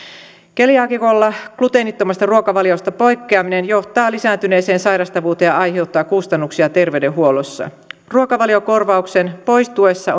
keliaakikolla gluteenittomasta ruokavaliosta poikkeaminen johtaa lisääntyneeseen sairastavuuteen ja aiheuttaa kustannuksia terveydenhuollossa ruokavaliokorvauksen poistuessa